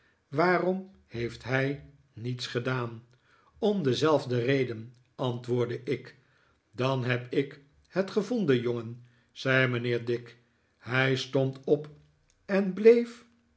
waarom heeft h ij niets gedaan om dezelfde reden antwoordde ik dan heb ik het gevonden jongen zei mijnheer dick hij stond op en bleef